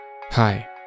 Hi